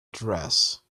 dress